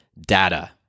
data